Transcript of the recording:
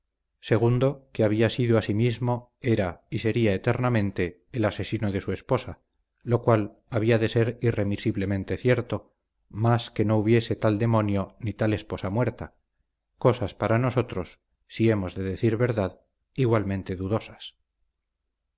segundo que había sido asimismo era y sería eternamente el asesino de su esposa lo cual había de ser irremisiblemente cierto mas que no hubiese tal demonio ni tal esposa muerta cosas para nosotros si hemos de decir verdad igualmente dudosas